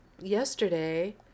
yesterday